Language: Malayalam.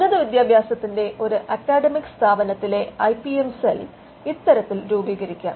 ഉന്നതവിദ്യാഭ്യാസത്തിന്റെ ഒരു അക്കാദമിക് സ്ഥാപനത്തിലെ ഐ പി എം സെൽ ഇത്തരത്തിൽ രൂപീകരിക്കാം